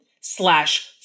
slash